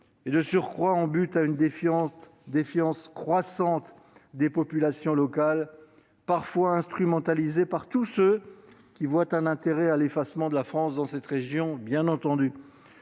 et, de surcroît, en butte à une défiance croissante des populations locales, parfois instrumentalisées par tous ceux qui ont un intérêt à l'effacement de la France dans cette région. Tout